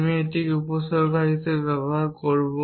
আমি এটিকে উপসর্গ হিসাবে ব্যবহার করব